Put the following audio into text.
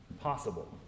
possible